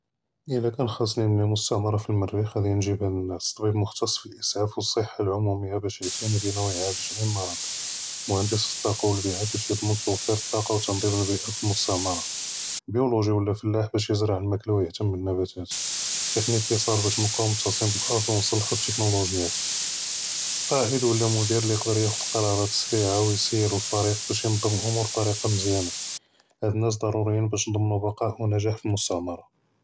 אלא כאן חסני נדיר מסתעמרה פאלמריח׳ ראדי נג׳יב אנאס טביב מוכ׳תץ פאלאיסעאף וצסהה אלעומומיה באש יעתני בנואהא תג׳עיל אלמנאטק, מהנדס פאלטאקה ואלביאא באש ידמן תופיר אלטאקה ותנ׳דים אלמסתעמרה, ביולוג׳י ולא פלאח׳ באש יזרע אלמאכלא ויהתם בננבתאת, תקני אתצאל באש נבקא מתצלין באלארד ונסלחו אלתיכנולוז׳יאת, קאאד ולא מדיר לי יقدر יאח׳ד קראראת סריעה ויסיר אלפריק באש ינ׳ד׳ם אלאמור בטאריקה מזיאנא, האד אלנאס דרוריים באש נדמנו בקאא ונג׳אח׳ פאלמסתעמרה.